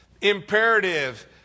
imperative